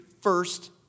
first